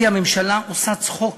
הממשלה עושה צחוק